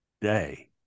day